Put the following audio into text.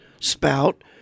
spout